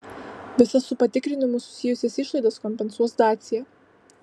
visas su patikrinimu susijusias išlaidas kompensuos dacia